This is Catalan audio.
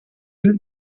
mil